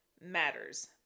matters